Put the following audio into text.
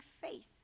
faith